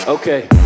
Okay